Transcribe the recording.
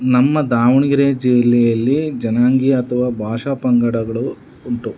ನಮ್ಮ ದಾವಣಗೆರೆ ಜಿಲ್ಲೆಯಲ್ಲಿ ಜನಾಂಗೀಯ ಅಥವಾ ಭಾಷಾ ಪಂಗಡಗಳು ಉಂಟು